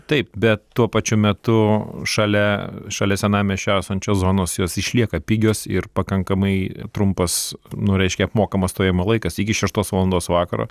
taip bet tuo pačiu metu šalia šalia senamiesčio esančios zonos jos išlieka pigios ir pakankamai trumpas nu reiškia apmokamas stovėjimo laikas iki šeštos valandos vakaro